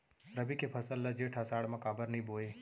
रबि के फसल ल जेठ आषाढ़ म काबर नही बोए?